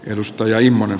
edustajainhuone